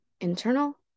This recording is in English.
internal